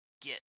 get